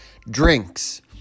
drinks